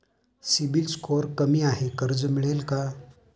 CIBIL score कमी आहे कर्ज मिळेल का?